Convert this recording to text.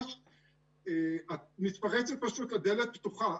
את מתפרצת פשוט לדלת פתוחה.